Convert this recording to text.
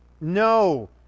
no